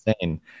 insane